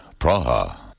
Praha